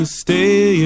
stay